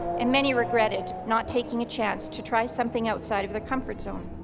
and many regretted not taking a chance to try something outside of their comfort zone.